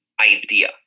idea